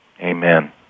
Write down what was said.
Amen